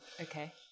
Okay